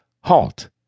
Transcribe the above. HALT